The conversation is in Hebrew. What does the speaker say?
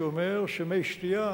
שאומר שמי שתייה